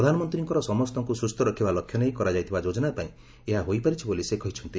ପ୍ରଧାନମନ୍ତ୍ରୀଙ୍କର ସମସ୍ତଙ୍କୁ ସୁସ୍ଥ ରଖିବା ଲକ୍ଷ୍ୟ ନେଇ କରାଯାଇଥିବା ଯୋଜନା ପାଇଁ ଏହା ହୋଇପାରିଛି ବୋଲି ସେ କହିଛନ୍ତି